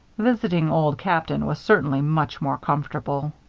visiting old captain was certainly much more comfortable.